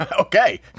Okay